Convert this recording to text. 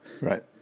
Right